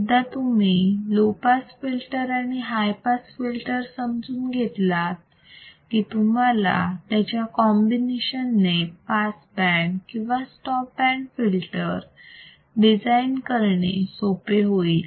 एकदा तुम्ही low pass filter आणि हाय पास फिल्टर समजून घेतलात की तुम्हाला त्यांच्या कॉम्बिनेशन ने पास बँड किंवा स्टॉप बँड फिल्टर डिझाईन करणे सोपे होईल